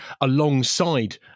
alongside